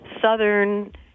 southern